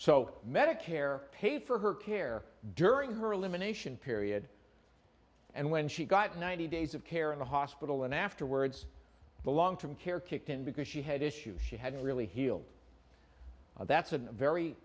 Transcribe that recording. so medicare paid for her care during her elimination period and when she got ninety days of care in the hospital and afterwards the long term care kicked in because she had issues she hadn't really healed that's a very